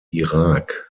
irak